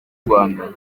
rwanda